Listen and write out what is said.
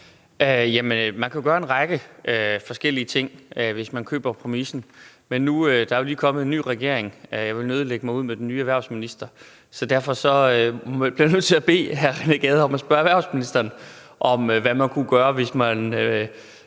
Man kan jo gøre en række forskellige ting, hvis man køber præmissen. Men der er jo lige kommet en ny regering, og jeg vil nødig lægge mig ud med den nye erhvervsminister, så derfor bliver jeg nødt til at bede hr. René Gade om at spørge erhvervsministeren om, hvad man kunne gøre, hvis man